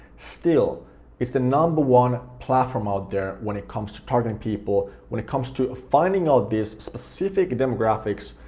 still it's the number one platform out there when it comes to targeting people, when it comes to finding out these specific demographics,